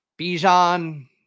Bijan